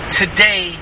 today